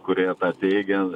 kurie tą teigia